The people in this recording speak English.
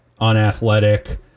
unathletic